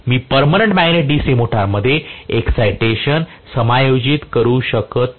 मी permanent magnet DC मोटरमध्ये excitation समायोजित करू शकत नाही